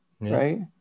Right